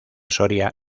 soria